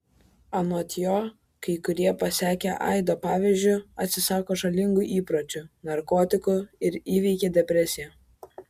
anot jo kai kurie pasekę aido pavyzdžiu atsisako žalingų įpročių narkotikų ir įveikia depresiją